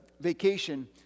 vacation